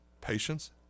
patience